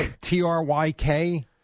T-R-Y-K